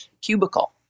cubicle